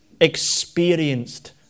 experienced